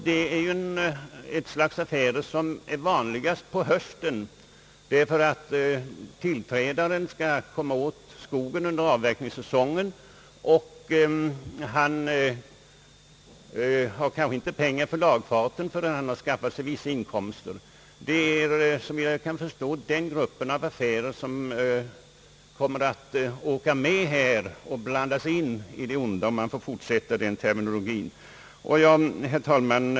Det är ett slags affärer som är vanligast på hösten, eftersom tillträdaren skall komma åt skogen under avverkningssäsongen och kanske inte har pengar att betala lagfartskostnaderna förrän han har skaffat sig vissa inkomster. Efter vad jag kan förstå är det denna grupp av affärer som kommer att få känning av den nya lagstiftningen och där det legala blandas med det illegala. Herr talman!